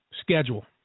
schedule